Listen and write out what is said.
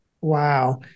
Wow